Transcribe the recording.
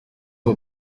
aba